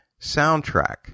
soundtrack